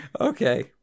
Okay